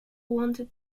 wanted